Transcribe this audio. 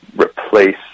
replace